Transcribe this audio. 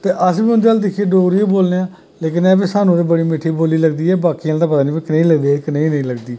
ते अस बी उंदे अल्ल दिक्खियै डोगरी गै बोलनें आं लेकिन एह् ऐ भी सानूं बड़ी मिट्ठी बोल्ली लगदी ऐ बाकी आंदा पता निं भाई कनेही लगदी ऐ कनेही नेईं लगदी